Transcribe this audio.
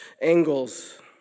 angles